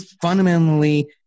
fundamentally